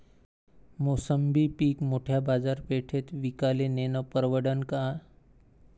मोसंबी पीक मोठ्या बाजारपेठेत विकाले नेनं परवडन का?